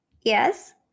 Yes